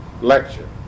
lecture